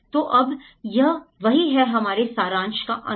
तो अब यह वही है हमारे सारांश का अंत